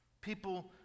people